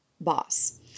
boss